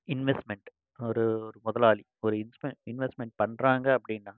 investment ஒரு ஒரு முதலாளி ஒரு இன்ஸ்பெ இன்வெஸ்ட்மெண்ட் பண்ணுறாங்க அப்டின்னா